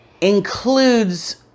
includes